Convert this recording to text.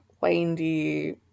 windy